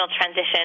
transition